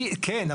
כן,